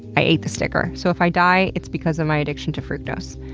i ate the sticker. so, if i die, it's because of my addiction to fructose.